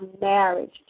marriage